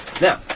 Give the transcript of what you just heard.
Now